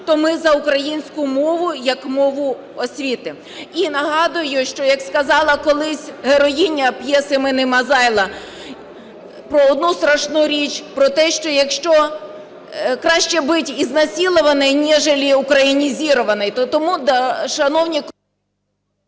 то ми за українську мову як мову освіти. І нагадую, що, як сказала колись героїня п'єси "Мина Мазайло" про одну страшну річ, про те, що якщо… "краще быть изнасилованной, нежели украинизированной". То тому, шановні…